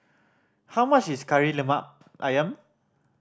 how much is Kari Lemak Ayam